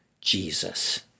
Jesus